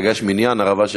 רגע, יש מניין, הרב אשר?